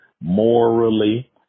morally